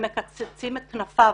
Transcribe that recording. שמקצצים את כנפיו.